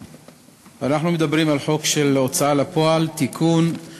הבאה: הצעת חוק ההוצאה לפועל (תיקון מס' 49)